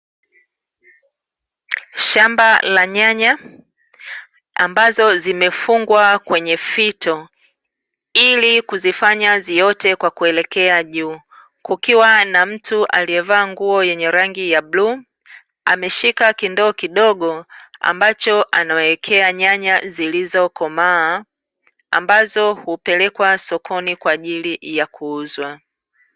Shamba la nyanya ambazo zimefungwa kwenye fito, ili kuzifanye ziote kwa kuelekea juu. Kukiwa na mtu aliyevaa nguo yenye rangi ya bluu, ameshika kindoo kidogo ambacho anawekea nyanya zilizokomaa, ambazo hupelekwa sokoni kwa ajili ya kuuzwa.